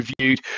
reviewed